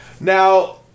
Now